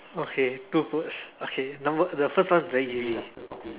okay good okay number the first one is very easy